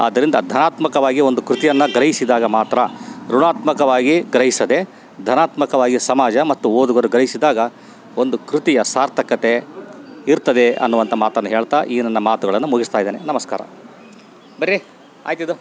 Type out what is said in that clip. ಆದ್ದರಿಂದ ಧನಾತ್ಮಕವಾಗಿ ಒಂದು ಕೃತಿಯನ್ನ ಗ್ರಹಿಸಿದಾಗ ಮಾತ್ರ ಋಣಾತ್ಮಕವಾಗಿ ಗ್ರಹಿಸದೆ ಧನಾತ್ಮಕವಾಗಿ ಸಮಾಜ ಮತ್ತು ಓದುಗರು ಗ್ರಹಿಸಿದಾಗ ಒಂದು ಕೃತಿಯ ಸಾರ್ಥಕತೆ ಇರ್ತದೆ ಅನ್ನುವಂಥ ಮಾತನ್ನು ಹೇಳ್ತಾ ಈ ನನ್ನ ಮಾತುಗಳನ್ನು ಮುಗಿಸ್ತಾಯಿದ್ದೇನೆ ನಮಸ್ಕಾರ ಮರಿ ಆಯ್ತಿದು